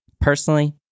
personally